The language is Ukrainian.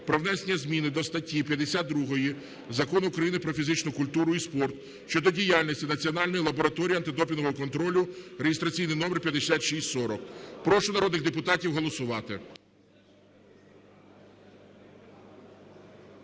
"Про внесення зміни до статті 52 Закону України "Про фізичну культуру і спорт" щодо діяльності Національної лабораторії антидопінгового контролю" (реєстраційний номер 5640). Прошу народних депутатів голосувати.